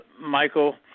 Michael